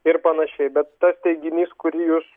ir panašiai bet tas teiginys kurį jūs